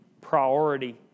priority